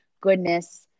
goodness